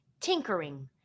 tinkering